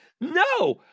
No